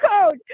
code